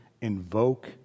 invoke